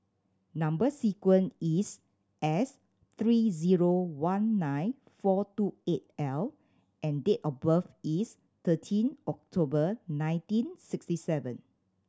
number sequence is S three zero one nine four two eight L and date of birth is thirteen October nineteen sixty seven